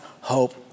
hope